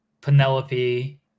Penelope